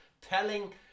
telling